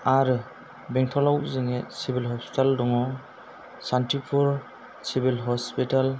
आरो बेंथलाव जोंनि सिभिल हस्पिटाल दङ सान्थिफुर सिभिल हस्पिटाल